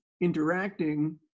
interacting